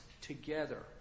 together